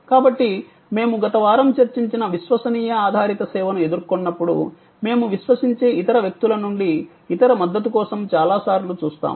కాబట్టి మేము గత వారం చర్చించిన విశ్వసనీయ ఆధారిత సేవను ఎదుర్కొన్నప్పుడు మేము విశ్వసించే ఇతర వ్యక్తుల నుండి ఇతర మద్దతు కోసం చాలాసార్లు చూస్తాము